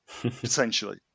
potentially